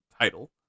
title